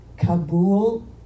Kabul